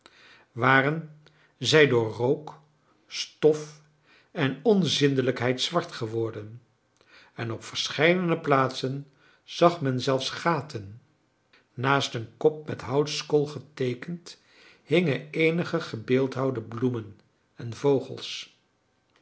waren zij door rook stof en onzindelijkheid zwart geworden en op verscheidene plaatsen zag men zelfs gaten naast een kop met houtskool geteekend hingen eenige gebeeldhouwde bloemen en vogels